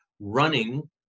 Running